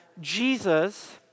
Jesus